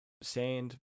Sand